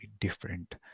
different